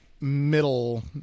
middle